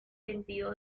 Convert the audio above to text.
sentido